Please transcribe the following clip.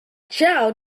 chow